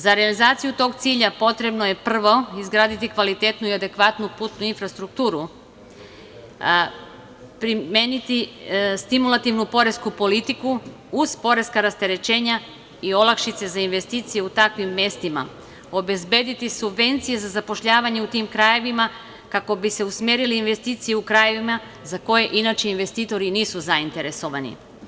Za realizaciju tog cilja potrebno je, prvo, izgraditi kvalitetnu i adekvatnu putnu infrastrukturu, primeniti stimulativnu poresku politiku uz poreska rasterećenja i olakšice za investicije u takvim mestima, obezbediti subvencije za zapošljavanje u tim krajevima kako bi se usmerile investicije u krajevima za koje inače investitori nisu zainteresovani.